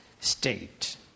state